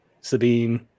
Sabine